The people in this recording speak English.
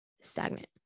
stagnant